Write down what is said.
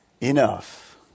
enough